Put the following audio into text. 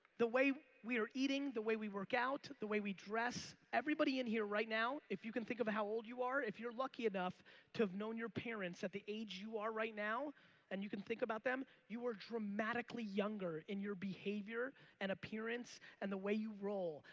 the way we are eating, the way we workout, the way we dress, everybody in here right now, if you can think of how old you are if you're lucky enough to have known your parents at the age you are right now and you can think about them you were dramatically younger in your behavior and appearance and the way you roll.